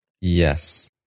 Yes